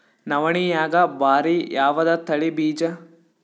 ನವಣಿಯಾಗ ಭಾರಿ ಯಾವದ ತಳಿ ಬೀಜ?